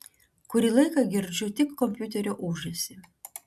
kurį laiką girdžiu tik kompiuterio ūžesį